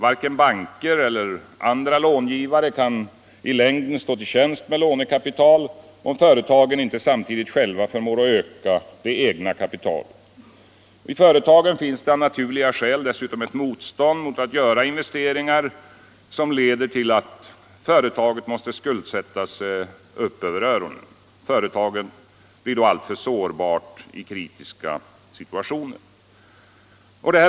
Varken banker eller andra långivare kan i längden stå till tjänst med lånekapital om företagen inte samtidigt själva förmår öka det egna kapitalet. I företagen finns det av naturliga skäl dessutom ett motstånd mot att göra investeringar som leder till att företaget måste skuldsätta sig upp över öronen. Företaget blir då alltför sårbart i kritiska situationer.